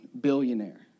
billionaire